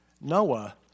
Noah